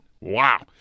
Wow